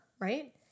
right